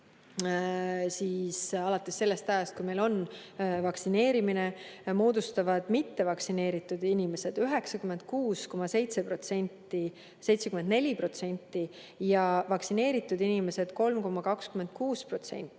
alates sellest ajast, kui meil on vaktsineerimine, moodustavad mittevaktsineeritud inimesed 96,74% ja vaktsineeritud inimesed 3,26%.